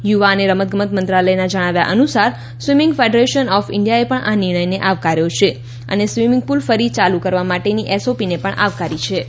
યુવા અને રમતગમત મંત્રાલયના જણાવ્યા અનુસાર સ્વીમીંગ ફેડરેસન ઓફ ઇન્ડિયાએ પણ આ નિર્ણયને આવકાર્યો છે અને સ્વીમીંગ પુલ ચાલુ કરવા માટેની એસઓપી ને પણ આવકારી હતી